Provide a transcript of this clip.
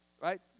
Right